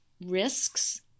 risks